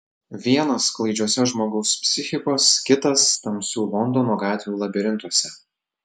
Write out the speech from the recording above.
vienas klaidžiuose žmogaus psichikos kitas tamsių londono gatvių labirintuose